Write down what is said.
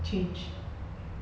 change